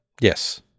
Yes